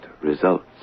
results